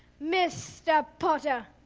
mr. potter.